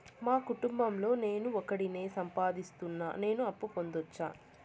మా కుటుంబం లో నేను ఒకడినే సంపాదిస్తున్నా నేను అప్పు పొందొచ్చా